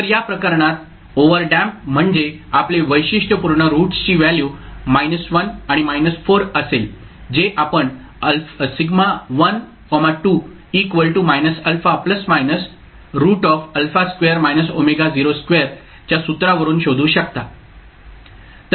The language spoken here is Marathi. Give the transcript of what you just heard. तर या प्रकरणात ओव्हरडेम्प्ड म्हणजे आपले वैशिष्ट्यपूर्ण रूट्सची व्हॅल्यू 1 आणि 4 असेल जे आपण च्या सूत्रावरून शोधू शकता